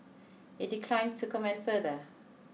it declined to comment further